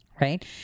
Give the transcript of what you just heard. right